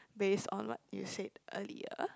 based on what you said earlier